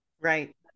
Right